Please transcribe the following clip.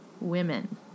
women